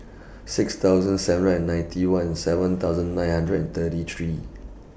six thousand seven hundred and ninety one seven thousand nine hundred and thirty three